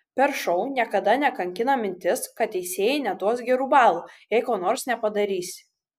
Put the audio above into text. per šou niekada nekankina mintis kad teisėjai neduos gerų balų jei ko nors nepadarysi